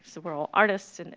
so we're all artists, and